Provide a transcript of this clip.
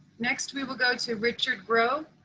next we will go to richard grow.